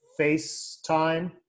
FaceTime